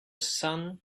sun